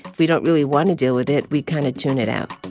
we don't really want to deal with it. we kind of tune it out